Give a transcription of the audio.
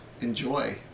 enjoy